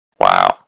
Wow